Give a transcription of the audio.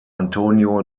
antonio